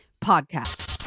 podcast